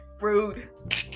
rude